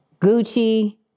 Gucci